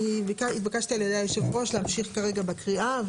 אני התבקשתי על ידי יושב הראש להמשיך כרגע בקריאה,